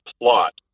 plot